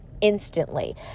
instantly